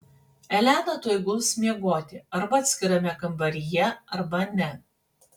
elena tuoj guls miegoti arba atskirame kambaryje arba ne